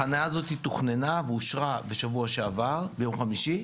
החנייה הזו תוכננה ואושרה בשבוע שעבר, ביום חמישי.